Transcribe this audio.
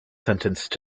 sentenced